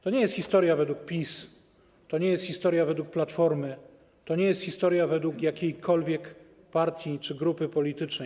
To nie jest historia według PiS, to nie jest historia według Platformy, to nie jest historia według jakiejkolwiek partii czy grupy politycznej.